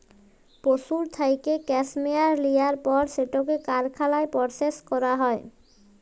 পশুর থ্যাইকে ক্যাসমেয়ার লিয়ার পর সেটকে কারখালায় পরসেস ক্যরা হ্যয়